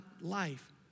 life